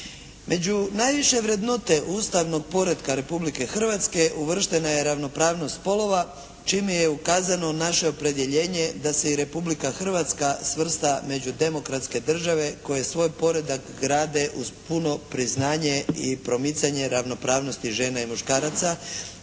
Među najviše vrednote ustavnog poretka Republike Hrvatske uvrštena je ravnopravnost spolova čime je ukazano naše opredjeljenje da se i Republika Hrvatska svrsta među demokratske države koje svoj poredak grade uz puno priznanje i promicanje ravnopravnosti žena i muškaraca